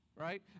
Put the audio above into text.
right